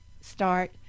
start –